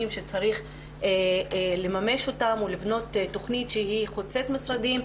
שצריך לממש ולבנות תוכנית שהיא חוצת משרדים,